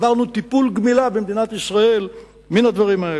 עברנו טיפול גמילה במדינת ישראל מן הדברים האלה.